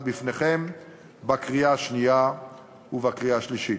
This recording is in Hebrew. בפניכם בקריאה השנייה ובקריאה השלישית.